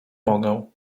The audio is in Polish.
mogę